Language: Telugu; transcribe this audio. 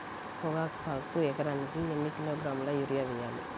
పొగాకు సాగుకు ఎకరానికి ఎన్ని కిలోగ్రాముల యూరియా వేయాలి?